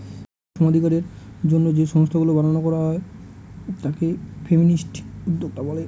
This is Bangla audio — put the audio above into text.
নারী সমানাধিকারের জন্য যে সংস্থাগুলা বানানো করা হয় তাকে ফেমিনিস্ট উদ্যোক্তা বলে